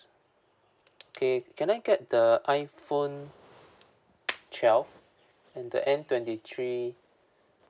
okay can I get the iphone twelve and the N twenty three